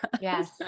Yes